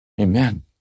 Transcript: Amen